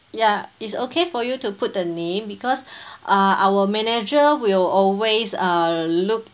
ya it's okay for you to put the name because uh our manager will always uh look